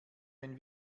wenn